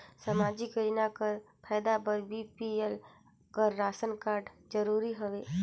समाजिक योजना कर फायदा बर बी.पी.एल कर राशन कारड जरूरी हवे?